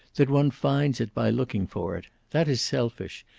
that one finds it by looking for it. that is selfish,